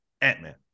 Ant-Man